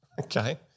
Okay